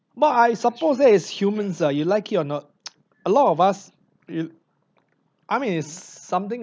but I suppose that is humans ah you like it or not a lot of us ugh I mean it's something